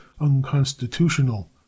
unconstitutional